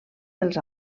dels